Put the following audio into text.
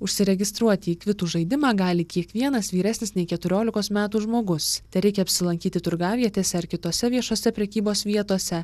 užsiregistruoti į kvitų žaidimą gali kiekvienas vyresnis nei keturiolikos metų žmogus tereikia apsilankyti turgavietėse ar kitose viešose prekybos vietose